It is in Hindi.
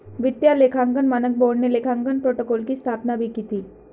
वित्तीय लेखांकन मानक बोर्ड ने लेखांकन प्रोटोकॉल की स्थापना भी की थी